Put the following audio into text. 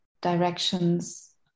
directions